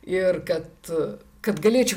ir kad kad galėčiau